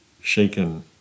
Shaken